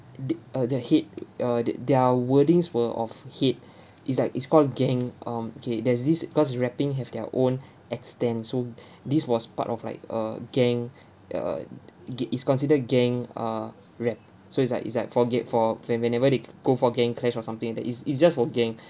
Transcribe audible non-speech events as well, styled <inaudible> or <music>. the uh the hate uh their wordings were of hate <breath> it's like it's called gang um okay there's this cause rapping have their own <breath> extent so <breath> this was part of like a gang <breath> a g~ is considered gang uh rap so it's like it's like for ge~ for when whenever they go for gang clash or something that it's it's just for gang <breath>